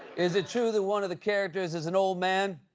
is it true that one of the characters is an old man?